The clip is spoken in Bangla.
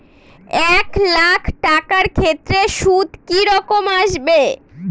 এক লাখ টাকার ক্ষেত্রে সুদ কি রকম আসবে?